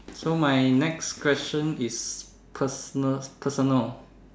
so my next question is personal personal